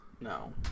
No